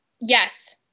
Yes